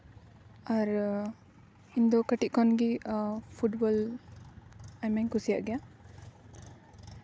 ᱟᱨ ᱤᱧ ᱫᱚ ᱠᱟᱹᱴᱤᱡ ᱠᱷᱚᱱᱜᱮ ᱯᱷᱩᱴᱵᱚᱞ ᱟᱭᱢᱟᱧ ᱠᱩᱥᱤᱭᱟᱜ ᱜᱮᱭᱟ